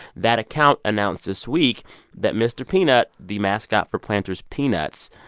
that account announced this week that mr. peanut, the mascot for planters peanuts,